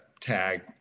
tag